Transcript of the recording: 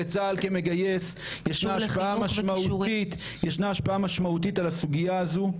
לצה"ל כמגייס ישנה השפעה מהותית על הסוגיה הזאת,